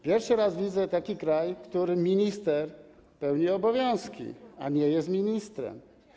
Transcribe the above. Pierwszy raz widzę taki kraj, w którym minister pełni obowiązki, a nie jest ministrem.